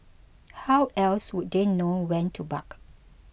how else would they know when to bark